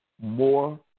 more